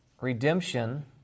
redemption